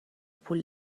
پول